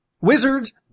Wizards